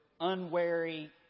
unwary